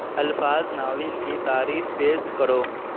الفاظ ناول کی تعریف پیش کرو